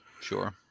Sure